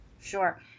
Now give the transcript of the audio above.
Sure